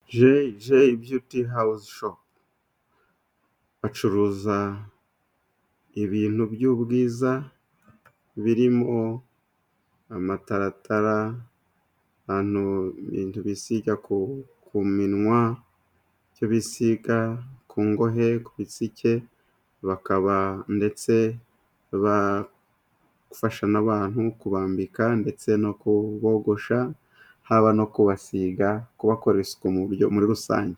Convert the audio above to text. Jeyibuti hawuze bacuruza ibintu by'ubwiza birimo amataratara, ibintu bisiga ku minwa, ibyo bisiga ku ngohe ku bitsike, bakaba ndetse bafasha nabantu kubambika ndetse no kubogosha, haba no kubasiga kubakoresha isuko mu buryo muri rusange.